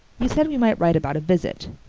you said we might write about a visit.